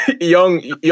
young